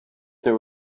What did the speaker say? there